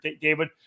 David